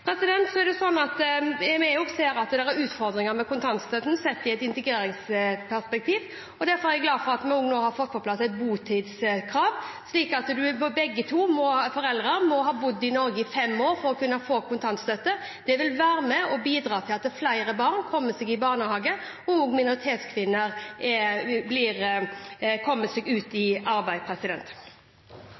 kontantstøtten. Så ser vi også at det er utfordringer med kontantstøtten sett i et integreringsperspektiv. Derfor er jeg glad for at vi nå har fått på plass et botidskrav, slik at begge foreldrene må ha bodd i Norge i fem år for å kunne få kontantstøtte. Det vil være med og bidra til at flere barn kommer seg i barnehage, og at også minoritetskvinner kommer seg ut i arbeid.